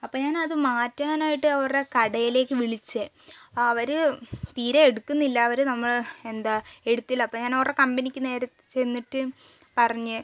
അപ്പോൾ ഞാൻ അത് മാറ്റാനായിട്ട് അവരുടെ കടയിലേക്ക് വിളിച്ചത് അവർ തീരെ എടുക്കുന്നില്ല അവർ നമ്മളെ എന്താ എടുത്തില്ല അപ്പോൾ ഞാൻ അവരുടെ കമ്പനിക്ക് നേരെ ചെന്നിട്ട് പറഞ്ഞു